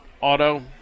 Auto